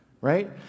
Right